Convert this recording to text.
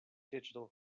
digital